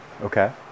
Okay